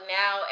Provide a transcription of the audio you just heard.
now